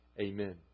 Amen